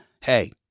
hey